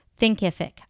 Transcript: Thinkific